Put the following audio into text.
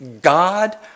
God